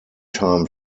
time